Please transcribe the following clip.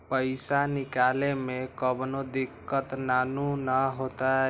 पईसा निकले में कउनो दिक़्क़त नानू न होताई?